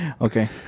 Okay